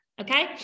okay